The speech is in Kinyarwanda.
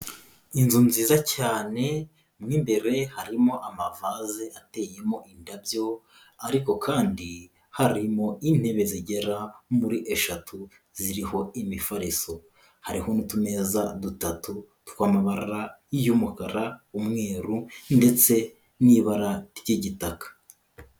Inzu nziza cyane mo imbere harimo amavaze ateyemo indabyo, ariko kandi harimo intebe zigera muri eshatu ziriho imifariso, hariho n'utumeza dutatu tw'amabara y'umukara, umweru ndetse n'ibara ry'igitaka.